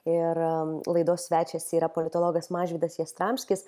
ir laidos svečias yra politologas mažvydas jastramskis